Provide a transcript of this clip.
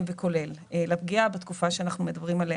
וכולל לפגיעה בתקופה בה אנחנו מדברים.